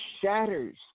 shatters